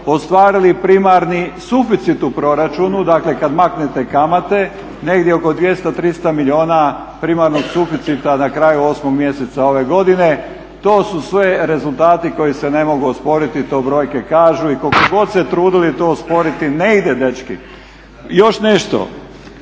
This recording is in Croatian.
ostvarili primarni suficit u proračunu, dakle kad maknete kamate, negdje oko 200, 300 milijuna primarnog suficita na kraju 8. mjeseca ove godine. To su sve rezultati koji se ne mogu osporiti, to brojke kažu i koliko god se trudili to osporiti ne ide dečki. Još nešto,